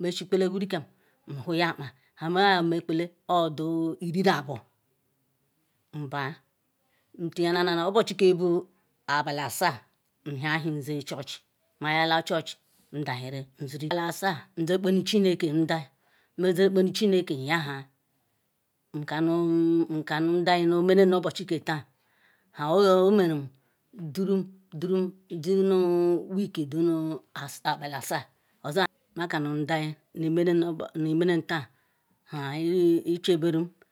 meshikolewurigam nwuhia akpa mayaemekale oyodole me shikolewuriyam nwuha akpa maya emekale oyodole hrinabu nbaa tinanam obuchi ke bu abali asa nhia ewhi zuchuich mayale church ndaheri abali asa nziyekpenu chineke ndah meyekpeny duneke yeha kanu nhah meyekpenu duneke yeha kanu ndah nomene nu obuchu ke taan huomeru Nuru duru duri du nu week du nu abali asa oza nme kanu ndali neme nemelem taan haicheberu